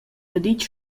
daditg